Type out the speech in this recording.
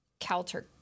Calter